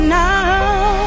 now